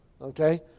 Okay